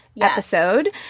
episode